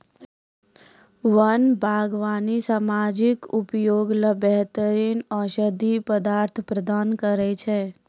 वन्य बागबानी सामाजिक उपयोग ल बेहतर औषधीय पदार्थ प्रदान करै छै